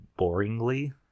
boringly